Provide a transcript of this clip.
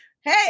hey